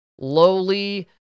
lowly